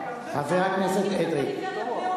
חבר הכנסת אדרי,